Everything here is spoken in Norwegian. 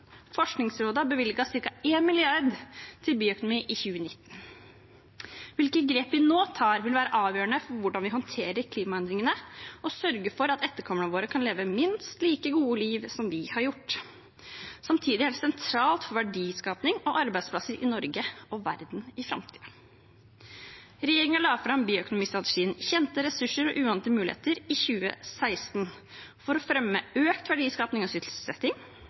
Forskningsrådet har bevilget ca. 1 mrd. kr til bioøkonomi i 2019. Hvilke grep vi nå tar, vil være avgjørende for hvordan vi håndterer klimaendringene, og sørge for at etterkommerne våre kan leve minst like gode liv som vi har gjort. Samtidig er det sentralt for verdiskaping og arbeidsplasser i Norge, og verden, i framtiden. Regjeringen la fram bioøkonomistrategien «Kjente ressurser – uante muligheter» i 2016 for å fremme økt verdiskaping og sysselsetting,